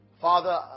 Father